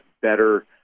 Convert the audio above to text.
better